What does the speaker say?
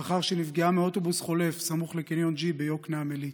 לאחר שנפגעה מאוטובוס חולף סמוך לקניון G ביקנעם עילית.